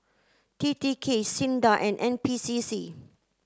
T T K SINDA and N P C C